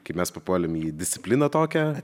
kai mes papuolėm į discipliną tokią